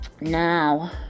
Now